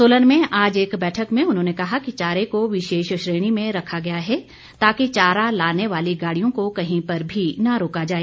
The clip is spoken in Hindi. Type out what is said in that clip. सोलन में आज एक बैठक में उन्होंने कहा कि चारे को विशेष श्रेणी में रखा गया है ताकि चारा लाने वाली गाड़ियों को कहीं पर भी न रोका जाए